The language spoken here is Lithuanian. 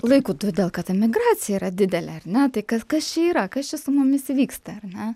laiku todėl kad emigracija yra didelė ar ne tai ką kas čia yra kas čia su mumis įvyksta ar ne